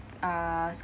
uh